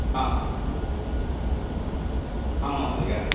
हा आं महोदय